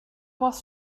was